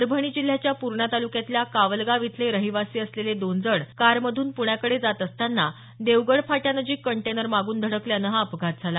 परभणी जिल्ह्याच्या पूर्णा तालुक्यातल्या कावलगाव इथले रहिवासी असलेले दोन जण कारमधून प्ण्याकडे जात असताना देवगड फाट्यानजीक कंटेनर मागून धडकल्यानं हा अपघात झाला